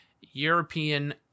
European